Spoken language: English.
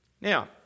Now